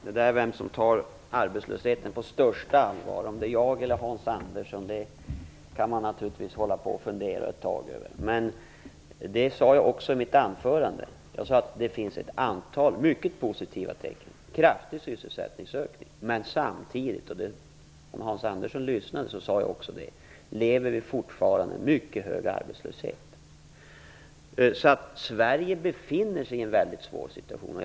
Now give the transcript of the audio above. Herr talman! Vem som tar arbetslösheten på största allvar, om det är jag eller Hans Andersson, kan man naturligtvis fundera ett tag över. I mitt anförande sade jag att det finns ett antal mycket positiva tecken, t.ex. en kraftig sysselsättningsökning, men samtidigt lever vi fortfarande med en mycket hög arbetslöshet. Om Hans Andersson lyssnade hörde han säkert att jag sade det också. Sverige befinner sig i en mycket svår situationen.